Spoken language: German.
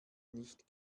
nicht